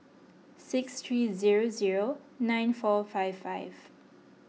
six three zero zero nine four five five